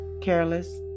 careless